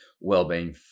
Well-being